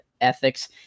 ethics